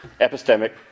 epistemic